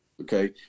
okay